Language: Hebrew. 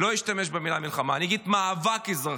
לא אשתמש במילה מלחמה, אני אגיד "מאבק אזרחי".